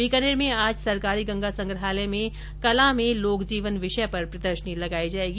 बीकानेर में आज सरकारी गंगा संग्रहालय में कला में लोक जीवन विषय पर प्रदर्शनी लगाई जायेगी